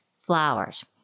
flowers